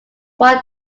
one